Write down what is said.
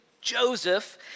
Joseph